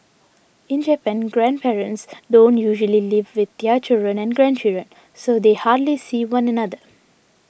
in Japan grandparents don't usually live with their children and grandchildren so they hardly see one another